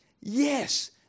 Yes